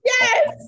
Yes